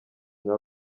nka